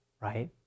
right